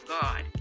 God